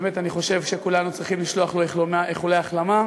באמת אני חושב שכולנו צריכים לשלוח לו איחולי החלמה.